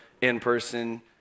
in-person